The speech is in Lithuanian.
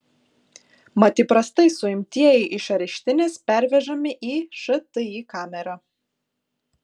mat įprastai suimtieji iš areštinės pervežami į šti kamerą